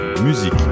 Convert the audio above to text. Musique